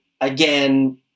Again